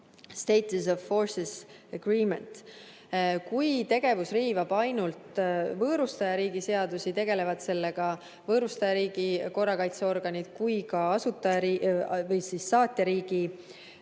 SOFA, Status of Forces Agreement. Kui tegevus riivab ainult võõrustajariigi seadusi, tegelevad sellega võõrustajariigi korrakaitseorganid, kui ka saatjariigi seadusi, siis